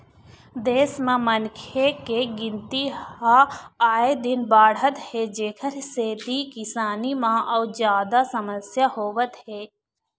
देश म मनखे के गिनती ह आए दिन बाढ़त हे जेखर सेती किसानी म अउ जादा समस्या होवत हे